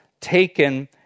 taken